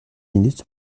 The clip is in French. minutes